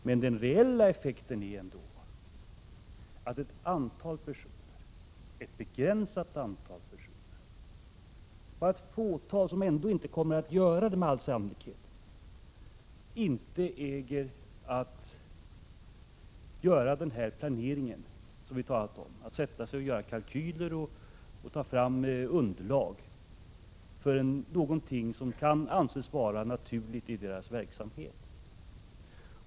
Men den reella effekten är ändå att ett begränsat antal personer — bara ett fåtal, som med all sannolikhet ändå inte kommer att göra det — inte äger att göra den planering som vi här talat om, sätta sig och utarbeta kalkyler och ta fram underlag för någonting som kan anses vara naturligt i deras verksamhet.